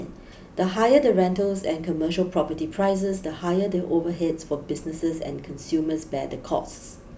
the higher the rentals and commercial property prices the higher the overheads for businesses and consumers bear the costs